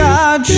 God